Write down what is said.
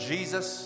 Jesus